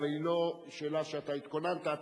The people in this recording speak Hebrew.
אבל היא לא שאלה שאתה התכוננת אליה.